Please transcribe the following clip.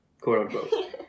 quote-unquote